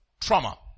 Trauma